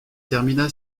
termina